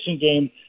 game